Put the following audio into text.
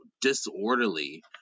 disorderly